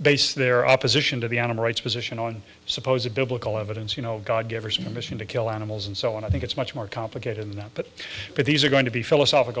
base their opposition to the animal rights position on suppose a biblical evidence you know god gave us a mission to kill animals and so on i think it's much more complicated than that but these are going to be philosophical